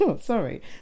Sorry